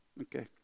Okay